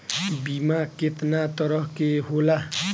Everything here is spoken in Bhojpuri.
बीमा केतना तरह के होला?